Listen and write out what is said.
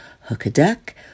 hook-a-duck